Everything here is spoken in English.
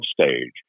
stage